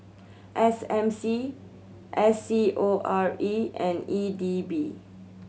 S M C S C O R E and E D B